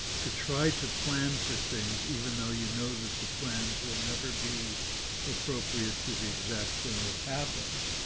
to try to plan for things even though you know, that the plans will never be appropriate to the exact thing that happens.